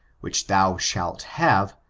which thou shalt have,